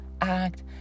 act